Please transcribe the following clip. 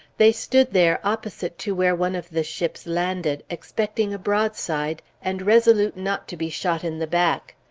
they stood there opposite to where one of the ships landed, expecting a broadside, and resolute not to be shot in the back.